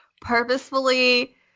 purposefully